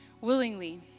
Willingly